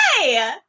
Hey